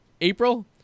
April